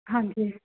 ਹਾਂਜੀ